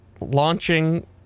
launching